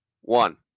one